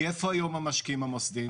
כי איפה היום המשקיעים המוסדיים?